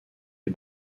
les